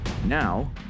Now